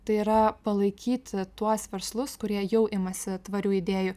tai yra palaikyti tuos verslus kurie jau imasi tvarių idėjų